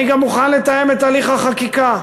אני גם מוכן לתאם את הליך החקיקה.